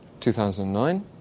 2009